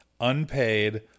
unpaid